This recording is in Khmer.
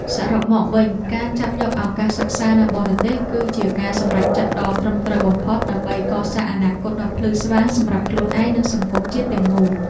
សរុបមកវិញការចាប់យកឱកាសសិក្សានៅបរទេសគឺជាការសម្រេចចិត្តដ៏ត្រឹមត្រូវបំផុតដើម្បីកសាងអនាគតដ៏ភ្លឺស្វាងសម្រាប់ខ្លួនឯងនិងសង្គមជាតិទាំងមូល។